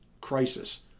crisis